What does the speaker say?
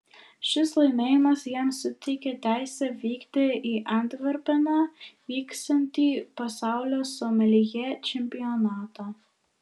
šis laimėjimas jam suteikė teisę vykti į antverpeną vyksiantį pasaulio someljė čempionatą